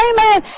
Amen